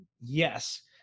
Yes